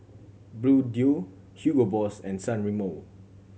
Bluedio Hugo Boss and San Remo